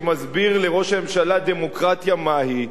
שמסביר לראש הממשלה דמוקרטיה מהי,